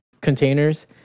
containers